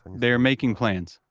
they are making plans.